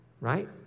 right